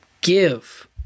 give